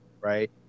right